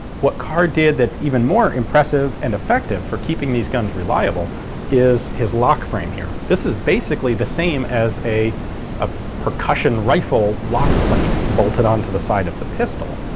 what kerr did that's even more impressive and effective for keeping these guns reliable is his lock frame here. this is basically the same as a ah percussion rifle lock plate bolted onto the side of the pistol.